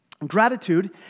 Gratitude